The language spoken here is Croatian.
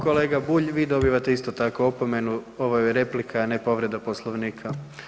Kolega Bulj i vi dobivate isto tako opomenu, ovo je replika, a ne povreda Poslovnika.